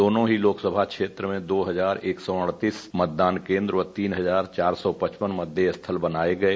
दोनों ही लोकसभा क्षेत्रों में दो हजार एक सौ अड़तीस मतदान केन्द्र और तीन हजार चार सौ पचपन मतदेय स्थल बनाये गये